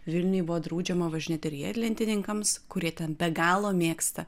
vilniuje buvo draudžiama važinėti riedlentininkams kurie ten be galo mėgsta